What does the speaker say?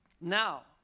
now